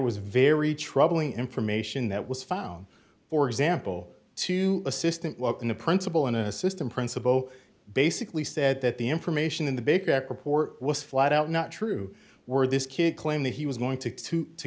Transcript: was very troubling information that was found for example to assistant look in the principal an assistant principal basically said that the information in the big report was flat out not true were this kid claim that he was going to to